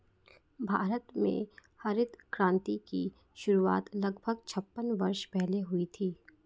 भारत में हरित क्रांति की शुरुआत लगभग छप्पन वर्ष पहले हुई थी